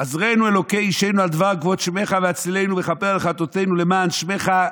"עזרנו אלהי ישענו על דבר כבוד שמך והצילנו וכפר על חטאתינו למען שמך".